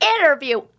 interview